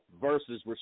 versus